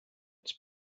its